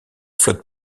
flotte